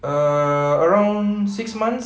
err around six months